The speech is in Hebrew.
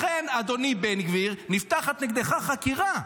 לכן, אדוני בן גביר, נפתחת נגדך חקירה.